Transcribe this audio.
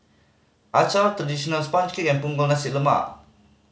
acar traditional sponge cake and Punggol Nasi Lemak